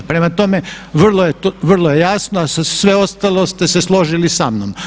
Prema tome, vrlo je jasno a sve ostalo ste se složili samnom.